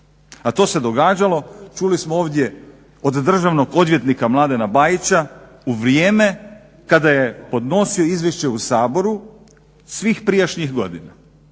A to se događalo čuli smo ovdje od državnog odvjetnika Mladena Bajića u vrijeme kada je podnosio izvješće u Saboru svih prijašnjih godina.